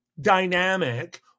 dynamic